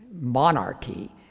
monarchy